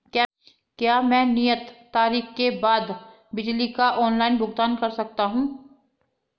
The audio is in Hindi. क्या मैं नियत तारीख के बाद बिजली बिल का ऑनलाइन भुगतान कर सकता हूं?